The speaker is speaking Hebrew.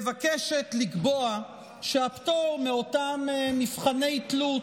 מבקשת לקבוע שהפטור מאותם מבחני תלות,